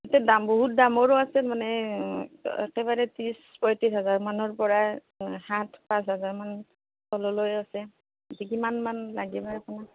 আছে দাম বহুত দামৰো আছে মানে একেবাৰে ত্ৰিশ পইত্ৰিশ হাজাৰ মানৰ পৰা সাত পাঁচ হাজাৰ মান তললৈ আছে কিমান মান লাগে বা আপোনাক